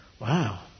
Wow